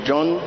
John